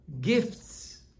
Gifts